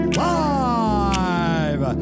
live